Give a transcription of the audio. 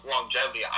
longevity